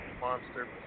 Monster